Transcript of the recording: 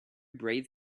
brave